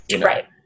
Right